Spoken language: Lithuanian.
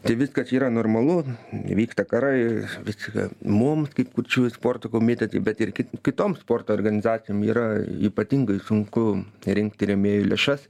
tai viskas yra normalu vyksta karai viską mums kaip kurčiųjų sporto komitetui bet ir kitom sporto organizacijom yra ypatingai sunku rinkti rėmėjų lėšas